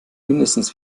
mindestens